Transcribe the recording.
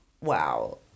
wow